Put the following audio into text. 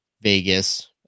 Vegas